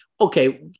okay